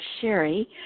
Sherry